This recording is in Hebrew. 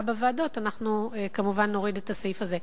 בוועדות אנחנו כמובן נוריד את הסעיף הזה.